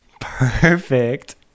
Perfect